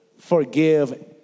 forgive